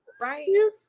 right